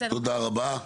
תודה רבה.